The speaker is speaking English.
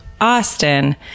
Austin